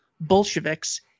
Bolsheviks